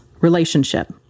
relationship